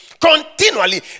continually